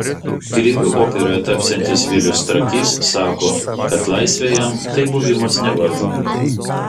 kriviu operoje tapsiantis vilius trakys sako kad laisvė jam tai buvimas nevaržomu